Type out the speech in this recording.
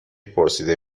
پرسیده